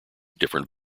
different